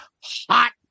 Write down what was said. hot